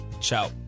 ciao